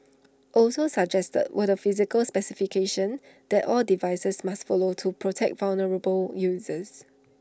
also suggested were the physical specifications that all devices must follow to protect vulnerable users